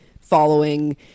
following